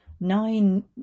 nine